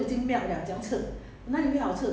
我买 liao 你都没有吃